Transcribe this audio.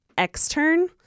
extern